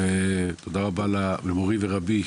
ותודה רבה למורי ורבי,